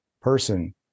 person